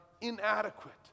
inadequate